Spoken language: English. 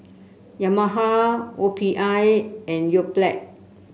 Yamaha O P I and Yoplait